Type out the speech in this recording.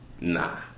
nah